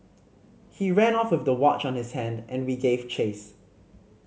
he ran off with the watch on his hand and we gave chase